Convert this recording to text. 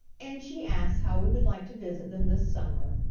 and she asks how we would like to visit them this summer.